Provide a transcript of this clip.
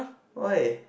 why